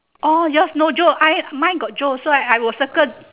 orh yours no joe I mine got joe so I will circle